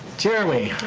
jeremy.